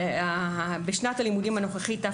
בשנת הלימודים הנוכחית,